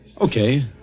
Okay